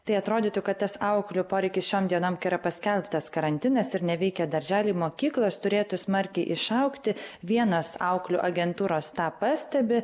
tai atrodytų kad tas auklių poreikis šiom dienom kai yra paskelbtas karantinas ir neveikia darželiai mokyklos turėtų smarkiai išaugti vienos auklių agentūros tą pastebi